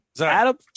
Adam